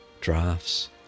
drafts